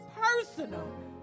personal